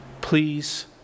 Please